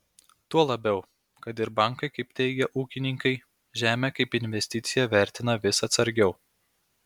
tuo labiau kad ir bankai kaip teigia ūkininkai žemę kaip investiciją vertina vis atsargiau